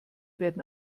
werden